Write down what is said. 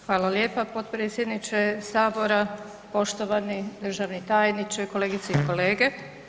Hvala lijepa potpredsjedniče Sabora, poštovani državni tajniče, kolegice i kolege.